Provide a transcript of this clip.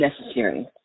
necessary